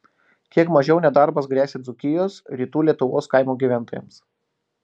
kiek mažiau nedarbas gresia dzūkijos rytų lietuvos kaimo gyventojams